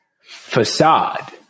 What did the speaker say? facade